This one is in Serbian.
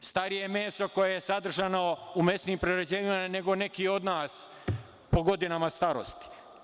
starije meso koje je sadržano u mesnim prerađevinama nego neki od nas po godinama starosti.